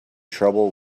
trouble